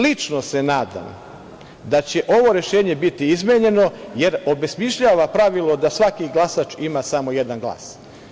Lično se nadam da će ovo rešenje biti izmenjeno, jer obesmišljava pravilo da svaki glasač ima samo jedan glas.